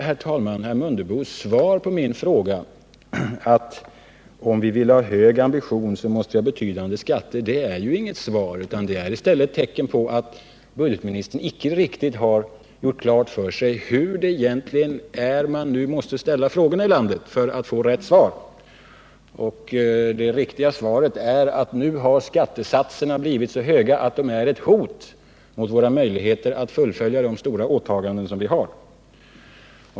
Herr Mundebos svar på min fråga — om vi vill ha hög ambition, så måste vi ha betydande skatter — är därför inget svar, herr talman. Det är i stället ett tecken på att budgetoch ekonomiministern icke riktigt har gjort klart för sig hur man egentligen skall ställa frågorna här i landet för att få fram rätt svar. Det riktiga svaret är, att nu har skattesatserna blivit så höga att de är ett hot mot våra möjligheter att fullfölja de stora åtaganden som vi har gjort.